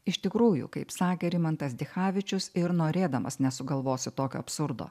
iš tikrųjų kaip sakė rimantas dichavičius ir norėdamas nesugalvosi tokio absurdo